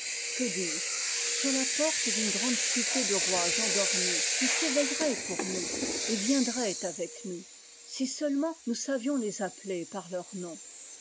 que dis-je sur la porte d'une grande cité de rois endormis qui s'éveilleraient pour nous et viendraient avec nous si seulement nous savions les appeler par leur nom